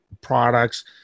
products